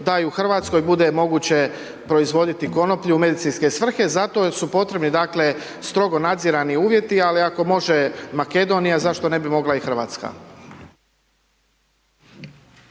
da i u RH bude moguće proizvoditi konoplju u medicinske svrhe zato su potrebni, dakle, strogo nadzirani uvjeti, ali ako može Makedonija, zašto ne bi mogla i RH.